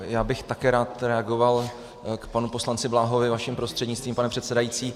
Já bych také rád reagoval k panu poslanci Bláhovi vaším prostřednictvím, pane předsedající.